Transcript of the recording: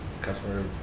Customer